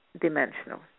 dimensional